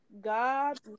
God